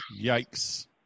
Yikes